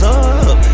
up